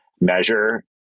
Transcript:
measure